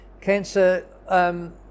Cancer